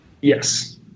Yes